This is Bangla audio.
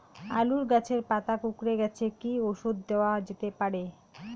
আলু গাছের পাতা কুকরে গেছে কি ঔষধ দেওয়া যেতে পারে?